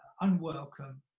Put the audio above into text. unwelcome